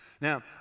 Now